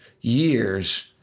years